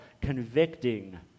convicting